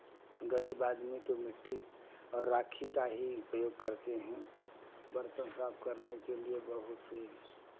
गरीब आदमी तो मिट्टी और राखी का ही प्रयोग करते हैं बर्तन साफ करने के लिये बहुत सी